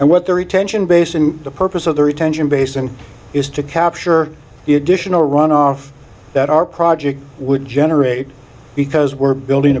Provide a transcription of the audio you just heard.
and what the retention basin the purpose of the retention basin is to capture the additional runoff that our project would generate because we're building